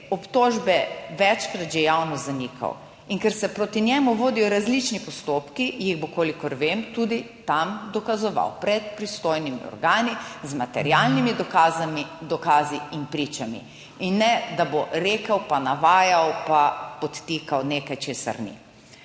obtožbe večkrat že javno zanikal in ker se proti njemu vodijo različni postopki, jih bo, kolikor vem, tudi tam dokazoval pred pristojnimi organi z materialnimi dokazi in pričami in ne da bo rekel, pa navajal pa podtikal nekaj, česar ni.